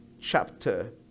chapter